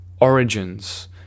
origins